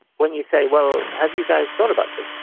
when you say, well, have you guys thought about this,